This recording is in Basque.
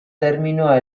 terminoa